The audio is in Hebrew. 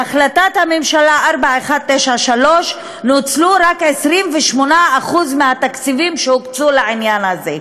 בהחלטת הממשלה 4193 נוצלו רק 28% מהתקציבים שהוקצו לעניין הזה.